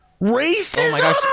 Racism